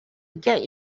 get